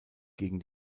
gegen